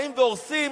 באים והורסים,